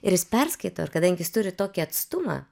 ir jis perskaito ir kadangi jis turi tokį atstumą